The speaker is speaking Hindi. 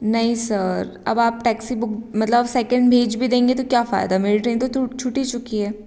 नहीं सर अब आप टैक्सी बुक मतलब आप सेकेंड भेज भी देंगे तो क्या फ़ायदा मेरी ट्रेन तो टू छूट ही चुकी है